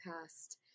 past